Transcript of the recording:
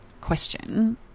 question